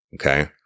Okay